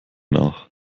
nach